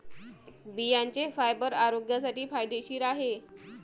बियांचे फायबर आरोग्यासाठी फायदेशीर आहे